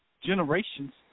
generations